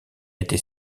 été